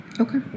Okay